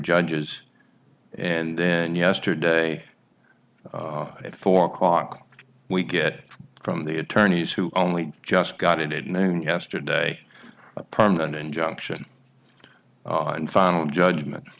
judges and then yesterday at four o'clock we get from the attorneys who only just got it and then yesterday a permanent injunction on final judgment